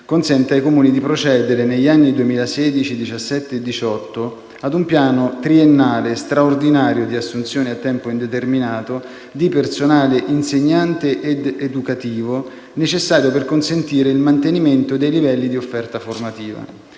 consente ai Comuni di procedere, negli anni 2016, 2017 e 2018, ad un piano triennale straordinario di assunzioni a tempo indeterminato di personale insegnante ed educativo necessario per consentire il mantenimento dei livelli di offerta formativa.